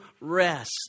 rest